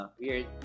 weird